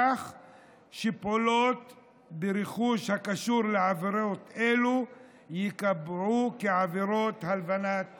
כך שפעולות ברכוש הקשור לעבירות אלה ייקבעו כעבירות הלבנת הון.